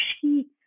sheets